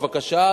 בבקשה.